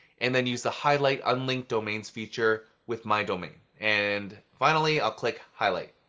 and then use the highlight unlinked domains feature with my domain. and finally, i'll click highlight.